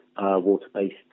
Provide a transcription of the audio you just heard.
water-based